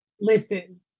Listen